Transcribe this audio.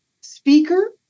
speaker